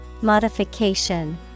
Modification